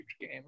game